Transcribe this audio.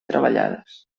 treballades